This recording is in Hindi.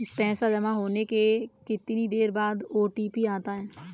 पैसा जमा होने के कितनी देर बाद ओ.टी.पी आता है?